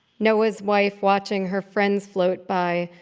noah's wife watching her friends float by,